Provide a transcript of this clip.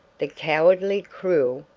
the cowardly, cruel,